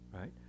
right